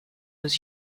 was